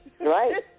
right